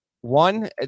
One